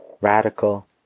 Radical